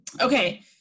Okay